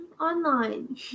online